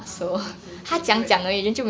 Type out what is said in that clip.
orh okay okay okay